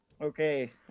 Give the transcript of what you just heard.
Okay